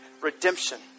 redemption